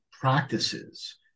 practices